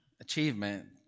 achievement